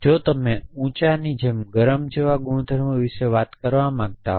જો તમે ઊંચાની જેમ ગરમ જેવા ગુણધર્મો વિશે વાત કરવા માંગતા હો